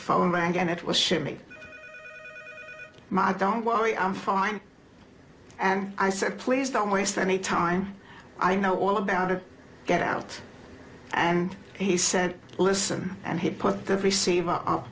phone rang and it was shipping my don't worry i'm fine and i said please don't waste any time i know all about it get out and he said listen and he put the receiver up